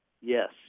Yes